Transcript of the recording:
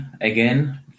again